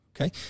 Okay